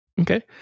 okay